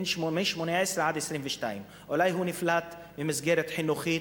בגיל בין 18 ל-22, אולי הוא נפלט ממסגרת חינוכית,